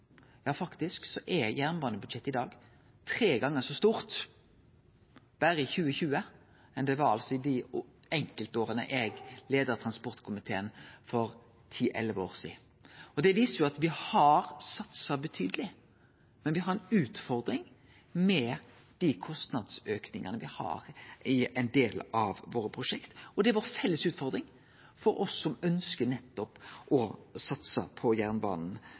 Ja, faktisk er jernbanebudsjettet i dag tre gongar så stort, berre i 2020, som det var i dei enkeltåra eg leidde transportkomiteen, for ti–elleve år sidan. Det viser at me har satsa betydeleg, men me har ei utfordring med den kostnadsauken me har i ein del av prosjekta våre. Det er ei felles utfordring for oss som ønskjer å satse på nettopp jernbanen.